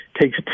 takes